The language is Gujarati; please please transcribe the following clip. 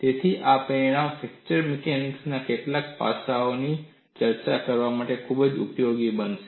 તેથી આ પરિણામ ફ્રેક્ચર મિકેનિક્સ ના કેટલાક પાસાઓની ચર્ચા કરવા માટે ખૂબ ઉપયોગી બનશે